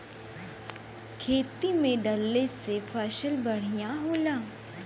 खेती में डलले से फसल बढ़िया होला